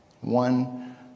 One